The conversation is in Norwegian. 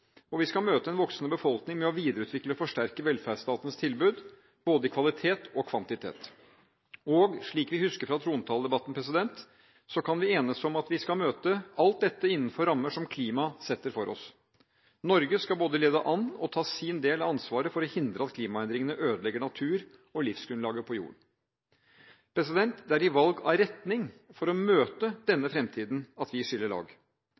infrastrukturoppgaver. Vi skal møte en voksende befolkning med å videreutvikle og forsterke velferdsstatens tilbud, både i kvalitet og i kvantitet. Og – slik vi husker fra trontaledebatten, kan vi enes om at vi skal møte alt dette innenfor rammer som klimaet setter for oss. Norge skal både lede an og ta sin del av ansvaret for å hindre at klimaendringene ødelegger natur og livsgrunnlaget på jorden. Det er i valg av retning for å møte denne fremtiden at vi skiller lag.